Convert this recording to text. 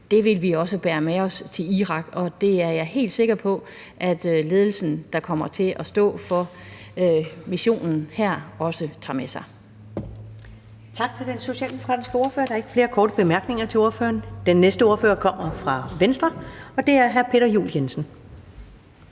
de værdier, vi har nu, med os til Irak. Og det er jeg helt sikker på at ledelsen, der kommer til at stå for missionen her, også tager